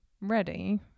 ready